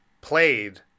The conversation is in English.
played